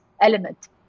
element